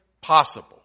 possible